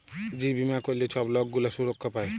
যে বীমা ক্যইরলে ছব লক গুলা সুরক্ষা পায়